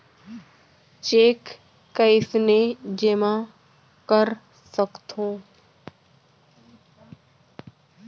Cheque कईसने जेमा कर सकथो?